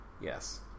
yes